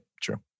true